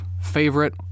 favorite